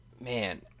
man